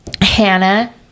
Hannah